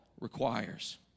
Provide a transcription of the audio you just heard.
requires